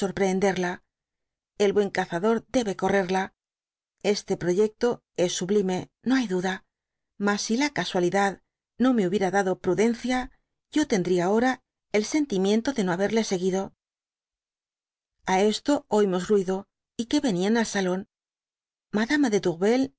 sorprehenderla el bu cazador debe correrla este proyecto es sublime no hay duda mas si la casualidadno me hubiera dado prudencia yo tendría ahora el sentimiento de no haberle seguido a esto oímos ruido y que venían al salón madama de